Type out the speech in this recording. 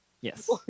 Yes